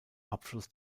abfluss